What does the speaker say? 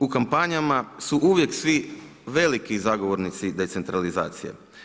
U kampanjama su uvijek svi veliki zagovornici decentralizacije.